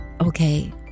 Okay